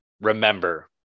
Remember